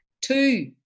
Two